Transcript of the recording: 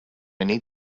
need